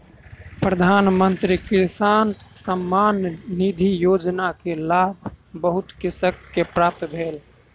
प्रधान मंत्री किसान सम्मान निधि योजना के लाभ बहुत कृषक के प्राप्त भेल